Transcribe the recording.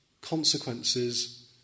consequences